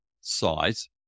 size